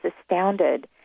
astounded